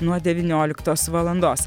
nuo devynioliktos valandos